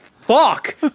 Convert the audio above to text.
fuck